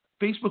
Facebook